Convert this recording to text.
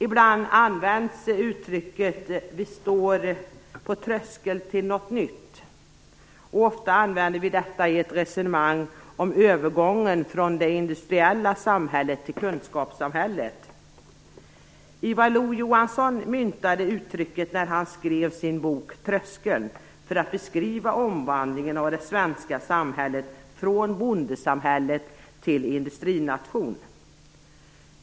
Ibland används uttrycket "Vi står på tröskeln till något nytt". Ofta använder vi det i resonemang om övergången från det industriella samhället till kunskapssamhället. Ivar Lo-Johansson myntade uttrycket när han skrev sin bok Tröskeln för att beskriva omvandlingen av det svenska samhället från bondesamhälle till industrination.